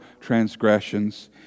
transgressions